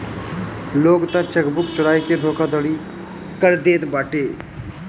लोग तअ चेकबुक चोराई के धोखाधड़ी कर देत बाटे